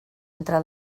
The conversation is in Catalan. entre